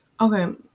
okay